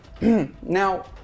Now